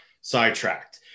sidetracked